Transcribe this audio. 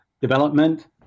development